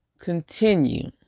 continue